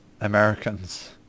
Americans